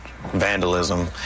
vandalism